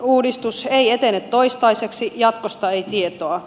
kuntauudistus ei etene toistaiseksi jatkosta ei tietoa